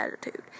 attitude